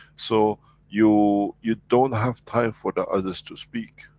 so you, you don't have time for the others to speak.